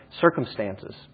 circumstances